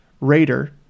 Raider